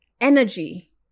energy